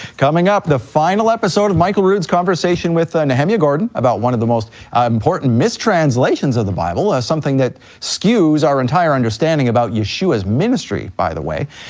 coming up, the final episode of michael rood's conversation with nehemia gordon about one of the most important mistranslations of the bible, something that skews our entire understanding about yeshua's ministry, by the way,